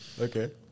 okay